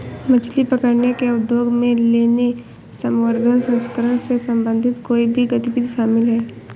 मछली पकड़ने के उद्योग में लेने, संवर्धन, प्रसंस्करण से संबंधित कोई भी गतिविधि शामिल है